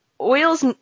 oils